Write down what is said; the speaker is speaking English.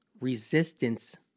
resistance